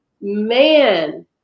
man